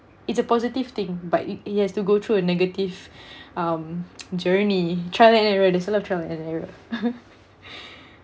it's a positive thing but it it has to go through a negative um journey trial and error there's a lot of trial and error